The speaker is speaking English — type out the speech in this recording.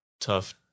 Tough